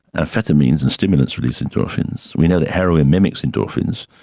amphetamines and stimulants release endorphins, we know that heroin mimics endorphins,